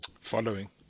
Following